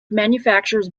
manufactures